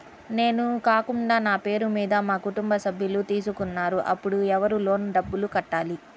నేను కాకుండా నా పేరు మీద మా కుటుంబ సభ్యులు తీసుకున్నారు అప్పుడు ఎవరు లోన్ డబ్బులు కట్టాలి?